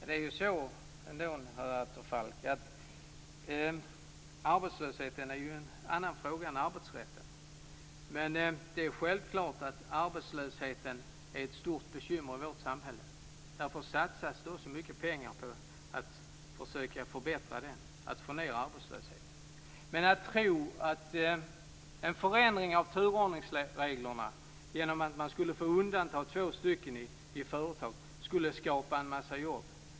Fru talman! Arbetslösheten är en annan fråga än arbetsrätten, Stefan Attefall. Självklart är arbetslösheten ett stort bekymmer i vårt samhälle. Därför satsas så mycket pengar på att försöka få ned arbetslösheten. Men det är att tro för mycket att en förändring av turordningsreglerna genom att undanta två stycken skall skapa en mängd jobb.